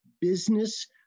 business